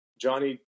Johnny